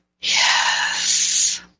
Yes